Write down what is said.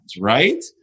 right